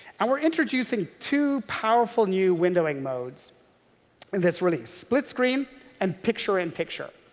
and we're introducing two powerful new windowing modes in this release split-screen and picture-in-picture.